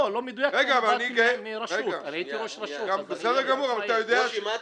מה אתה מציע?